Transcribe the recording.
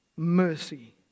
Mercy